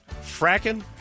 Fracking